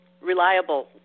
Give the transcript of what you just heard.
reliable